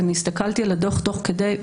הסתכלתי על הדוח תוך כדי,